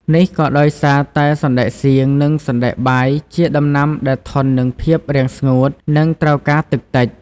នេះក៏ដោយសារតែសណ្តែកសៀង និងសណ្តែកបាយជាដំណាំដែលធន់នឹងភាពរាំងស្ងួត និងត្រូវការទឹកតិច។